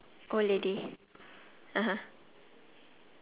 bill gates secret no mine is I_T tips from bill gate~